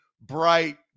bright